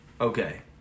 Okay